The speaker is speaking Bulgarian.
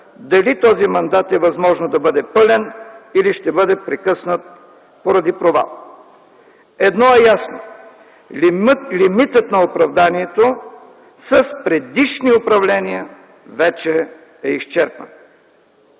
дали този мандат е възможно да бъде пълен или ще бъде прекъснат поради провал. Едно е ясно – лимитът на оправданието с предишни управления вече е изчерпан.